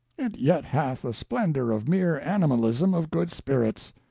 it yet hath a splendor of mere animalism of good spirits.